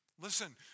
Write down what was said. Listen